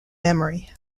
memory